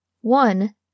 One